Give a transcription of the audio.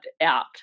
out